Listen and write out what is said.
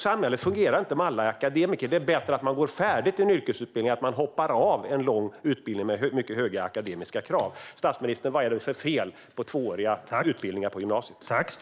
Samhället fungerar inte om alla är akademiker. Det är bättre att man går färdigt en yrkesutbildning än att man hoppar av en lång utbildning med mycket höga akademiska krav. Vad är det för fel på tvååriga utbildningar på gymnasiet, statsministern?